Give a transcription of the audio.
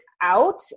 out